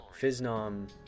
Fiznom